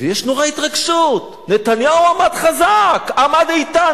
ויש נורא התרגשות: נתניהו עומד חזק, עמד איתן.